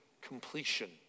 completion